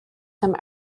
some